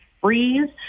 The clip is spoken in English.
freeze